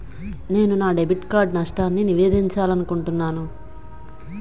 నేను నా debit card నష్టాన్ని నివేదించాలనుకుంటున్నాను